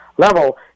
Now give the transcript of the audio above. Level